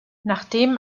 nachdem